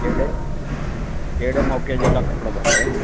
जहिड़े कहिड़े मौक़े जे लाइ कपिड़ो खपे